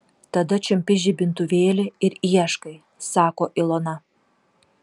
tada čiumpi žibintuvėlį ir ieškai sako ilona